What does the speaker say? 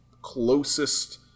closest